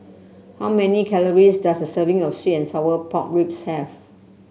how many calories does a serving of sweet and Sour Pork Ribs have